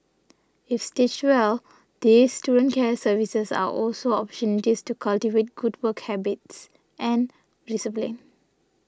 if stitched well these student care services are also opportunities to cultivate good work habits and discipline